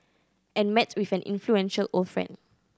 and met with an influential old friend